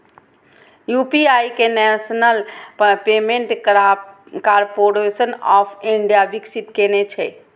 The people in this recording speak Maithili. यू.पी.आई कें national payments corporation of India विकसित केने छै